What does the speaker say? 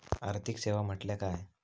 आर्थिक सेवा म्हटल्या काय?